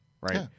Right